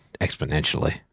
exponentially